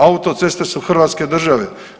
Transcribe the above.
Autoceste su Hrvatske države.